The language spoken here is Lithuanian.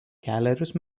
kelerius